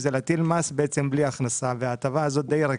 זה להטיל מס בלי הכנסה וההטבה הזאת די ריקה.